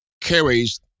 carries